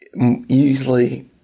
easily